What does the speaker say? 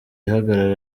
ihagarara